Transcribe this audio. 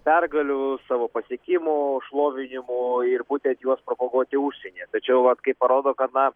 pergalių savo pasiekimų šlovinimu ir būtent juos propoguoti užsienyje tačiau vat kaip rodo kad na